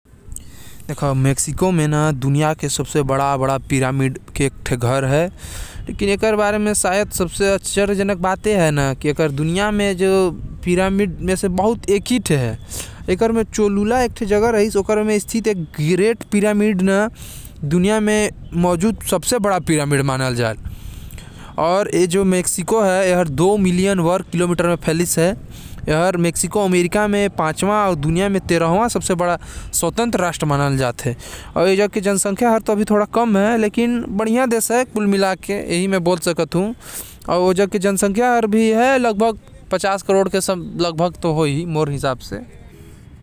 मेक्सिको म दुनिया के सबसे बड़ा पिरामिड के घर होथे। मेक्सिको के चोलोला कर के जगह हवे, वहा ग्रेट पिरामिड हवे, जेके दुनिया के सबसे पिरामिड कहथे। मेक्सिको हर दुई मिलियन वर्ग किलोमीटर में फैलीस हवे, अउ अमेरिका के चौथा अउ विश्व के तेरहवाँ सबसे बड़ा देश हवे।